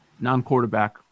Non-quarterback